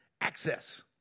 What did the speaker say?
access